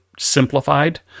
simplified